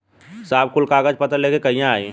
साहब कुल कागज पतर लेके कहिया आई?